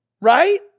Right